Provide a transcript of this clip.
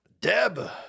Deb